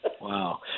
Wow